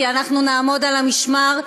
כי אנחנו נעמוד על המשמר.